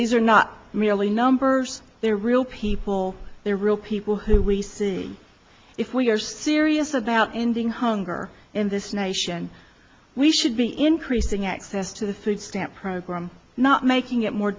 these are not merely numbers they're real people they're real people who we see if we are serious about ending hunger in this nation we should be increasing access to the food stamp program not making it more